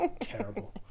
Terrible